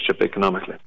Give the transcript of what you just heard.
economically